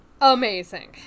amazing